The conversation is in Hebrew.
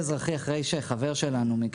אחרי שחבר שלנו,